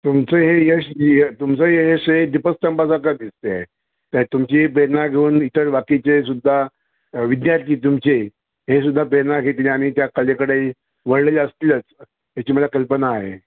तुमचं हे यश तुमचं हे यश हे दीपस्तंभासारखं दिसते आहे तर तुमची प्रेरणा घेऊन इतर बाकीचे सुद्धा विद्यार्थी तुमचे हे सुद्धा प्रेरणा घेतली आणि त्या कलेकडे वळलेले असतीलच याची मला कल्पना आहे